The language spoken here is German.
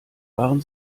waren